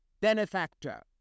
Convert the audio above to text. benefactor